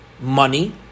money